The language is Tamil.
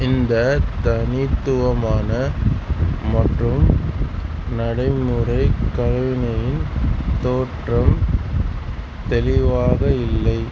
இந்த தனித்துவமான மற்றும் நடைமுறை கைவினையின் தோற்றம் தெளிவாக இல்லை